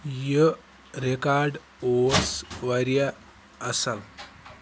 یہِ ریکاڈ اوس واریاہ اَصٕل